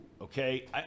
Okay